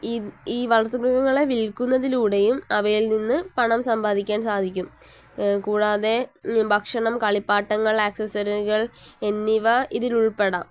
ഈ ഈ വളർത്തുമൃഗങ്ങളെ വിൽക്കുന്നതിലൂടെയും അവയിൽ നിന്ന് പണം സമ്പാദിക്കാൻ സാധിക്കും കൂടാതെ ഭക്ഷണം കളിപ്പാട്ടങ്ങൾ ആക്സസറികൾ എന്നിവ ഇതിലുൾപ്പെടാം